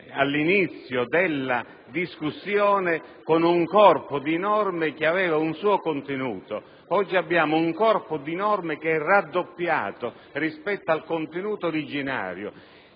all'inizio della discussione con un corpo di norme che aveva uno specifico contenuto. Oggi quel corpo di norme è raddoppiato rispetto al contenuto originario.